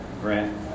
grant